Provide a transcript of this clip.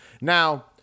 now